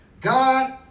God